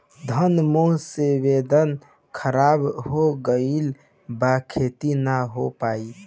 घन मेघ से वेदर ख़राब हो गइल बा खेती न हो पाई